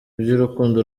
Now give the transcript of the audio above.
iby’urukundo